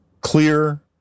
clear